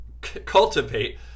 cultivate